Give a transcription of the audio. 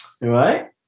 Right